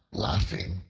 laughing,